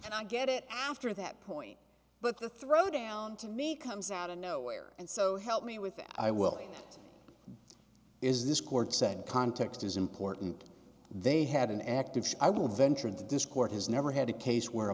i get it after that point but the throw down to me comes out of nowhere and so help me with that i will is this court said context is important they had an active i would venture into discourse has never had a case where a